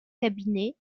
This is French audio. cabinet